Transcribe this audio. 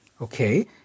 okay